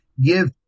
give